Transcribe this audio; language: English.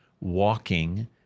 walking